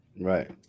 right